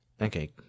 Okay